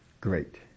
great